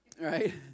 right